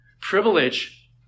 Privilege